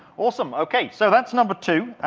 awesome. okay, so that's number two.